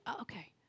Okay